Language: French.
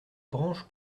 branche